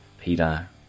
Peter